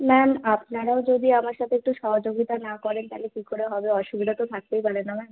ma'am আপনারাও যদি আমার সাথে একটু সহযোগিতা না করেন তাহলে কী করে হবে অসুবিধা তো থাকতেই পারে না ম্যাম